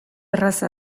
erraza